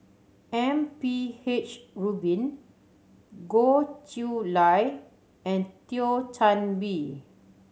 M P H Rubin Goh Chiew Lye and Thio Chan Bee